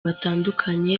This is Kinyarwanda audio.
batandukanye